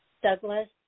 Douglas